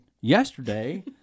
yesterday